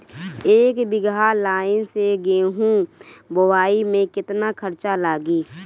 एक बीगहा लाईन से गेहूं बोआई में केतना खर्चा लागी?